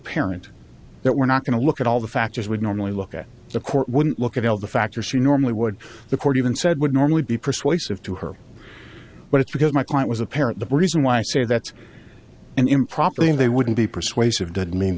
parent that we're not going to look at all the factors would normally look at the court wouldn't look at all the factors you normally would the court even said would normally be persuasive to her but it's because my client was a parent the reason why i say that's an improperly they wouldn't be persuasive doesn't mean